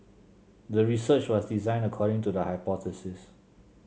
the research was designed according to the hypothesis